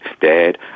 Dad